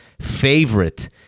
favorite